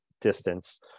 distance